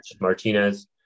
Martinez